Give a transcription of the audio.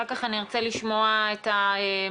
אחר כך אני ארצה לשמוע את המל"ל,